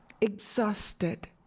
exhausted